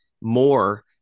more